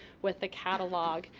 with the catalogue.